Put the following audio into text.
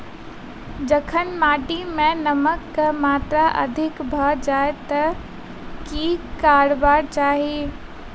जखन माटि मे नमक कऽ मात्रा अधिक भऽ जाय तऽ की करबाक चाहि?